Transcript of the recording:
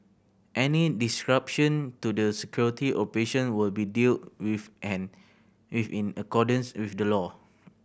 any disruption to the security operation will be dealt with an with in accordance with the law